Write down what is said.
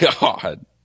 God